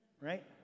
right